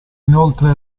inoltre